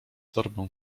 torbę